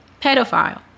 pedophile